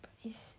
is